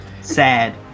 Sad